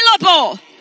available